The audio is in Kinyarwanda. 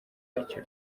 ryacyo